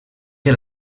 que